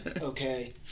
okay